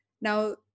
Now